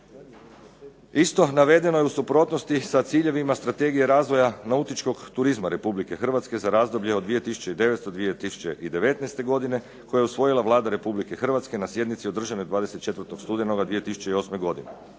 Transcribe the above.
Isto navedeno je u suprotnosti sa ciljevima Strategije razvoja nautičkog turizma Republike Hrvatske za razdoblje od 2009. do 2019. godine koju je usvojila Vlada Republike Hrvatske na sjednici održanoj 24. studenoga 2008. godine